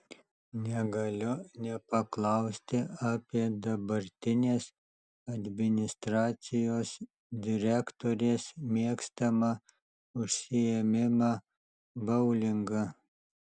negaliu nepaklausti apie dabartinės administracijos direktorės mėgstamą užsiėmimą boulingą